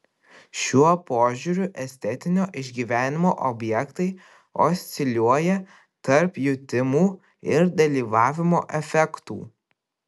šiuo požiūriu estetinio išgyvenimo objektai osciliuoja tarp jutimų ir dalyvavimo efektų